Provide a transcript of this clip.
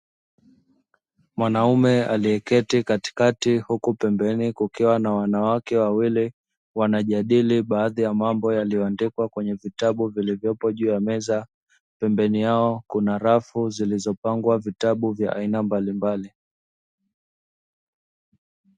Mwanaume alieketi katikati huku pembeni kukiwa na wanawake wawili wanajadili baadhi ya mambo yaliyoandikwa kwenye vitabu vilivyopo juu ya meza, pembeni yao kuna rafu zilizopangwa vitabu vya aina mbalimbali.